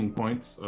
points